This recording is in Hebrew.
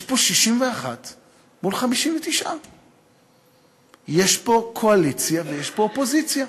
יש פה 61 מול 59. יש פה קואליציה ויש פה אופוזיציה.